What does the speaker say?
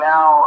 Now